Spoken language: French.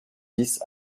dix